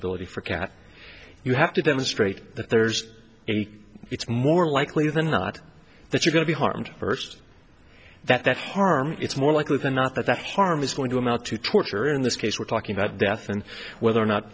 eligibility for cat you have to demonstrate that there's a it's more likely than not that you're going to be harmed first that that harm it's more likely than not that harm is going to amount to torture in this case we're talking about death and whether or not